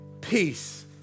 peace